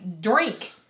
drink